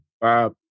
Bob